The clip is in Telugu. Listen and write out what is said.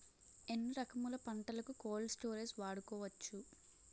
ఎన్ని రకములు పంటలకు కోల్డ్ స్టోరేజ్ వాడుకోవచ్చు?